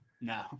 No